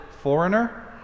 foreigner